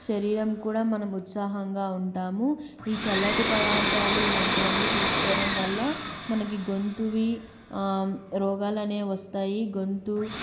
శరీరం కూడా మనం ఉత్సాహంగా ఉంటాము ఈ చల్లటి పదార్థాలు ఇలాంటివన్నీ తీసుకోవడం వల్ల మనకి గొంతువి రోగాలనే వస్తాయి గొంతు